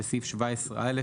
בסעיף 17(א),